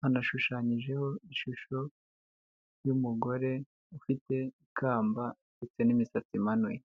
hanashushanyijeho ishusho y'umugore ufite ikamba ndetse n'imisatsi imanuye.